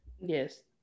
yes